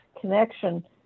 connection